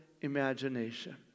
imagination